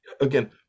again